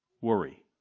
worry